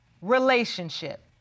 relationship